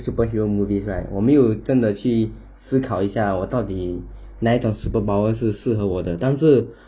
superheroes movies right 我没有真的去思考一下我到底哪一种 superpower 是适合我的但是